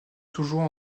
toujours